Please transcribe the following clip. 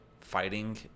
fighting